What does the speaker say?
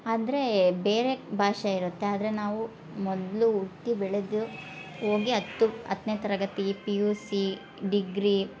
ಆದರೆ ಬೇರೆ ಭಾಷೆ ಇರುತ್ತೆ ಆದರೆ ನಾವು ಮೊದಲು ಹುಟ್ಟಿ ಬೆಳೆದು ಹೋಗಿ ಹತ್ತು ಹತ್ತನೇತರಗತಿ ಪಿ ಯು ಸೀ ಡಿಗ್ರೀ